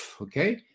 Okay